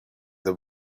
the